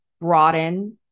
broaden